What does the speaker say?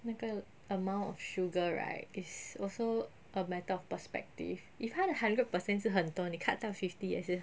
那个 amount of sugar right is also a matter of perspective if 他的 hundred percent 是很多你 cut 到 fifty 也是